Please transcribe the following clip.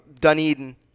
Dunedin